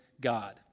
God